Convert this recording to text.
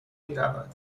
میرود